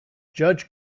judge